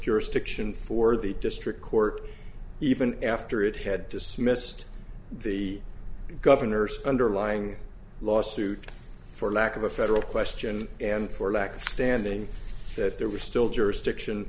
stiction for the district court even after it had dismissed the governor's underlying lawsuit for lack of a federal question and for lack of standing that there was still jurisdiction